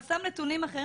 אבל נתונים אחרים